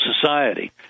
society